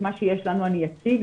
את מה שיש לנו אני אציג,